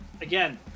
again